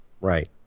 Right